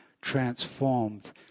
transformed